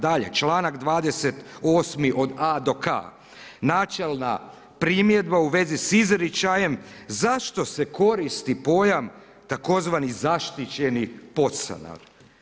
Dalje, čl. 28. od a do k. Načelna primjedba u svezi s izričajem, zašto se koristi pojam tzv. zaštićenih podstanara?